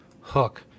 hook